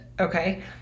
okay